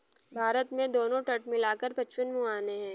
भारत में दोनों तट मिला कर पचपन मुहाने हैं